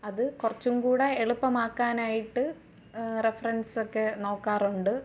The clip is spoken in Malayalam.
അത് കുറച്ചുംകൂടെ എളുപ്പമാക്കാനായിട്ട് റെഫറൻസ് ഒക്കെ നോക്കാറുണ്ട്